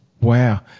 Wow